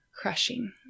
crushing